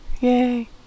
Yay